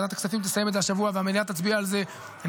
ועדת הכספים תסיים את זה השבוע והמליאה תצביע על זה בשבוע הבא,